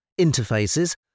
interfaces